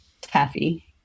taffy